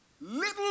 Little